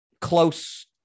close